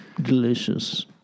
Delicious